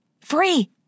Free